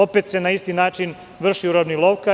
Opet se na isti način vrši uravnilovka.